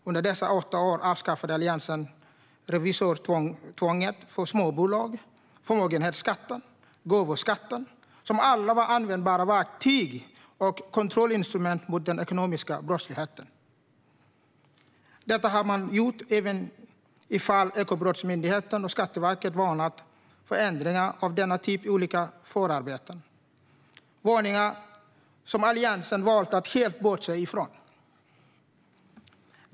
Under dessa åtta år avskaffade Alliansen revisorstvånget för småbolag, förmögenhetsskatten och gåvoskatten som alla var användbara verktyg och kontrollinstrument mot den ekonomiska brottsligheten. Detta gjorde man även om Ekobrottsmyndigheten och Skatteverket hade varnat för ändringar av denna typ i olika förarbeten. Det var varningar som Alliansen valde att helt bortse från.